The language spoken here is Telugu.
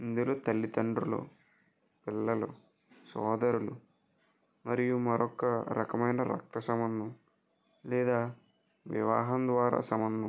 అందరూ తల్లిదండ్రులు పిల్లలు సోదరులు మరియు మరొక రకమైన రక్తసంబంధం లేదా వివాహం ద్వారా సంబంధం